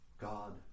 God